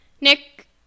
Nick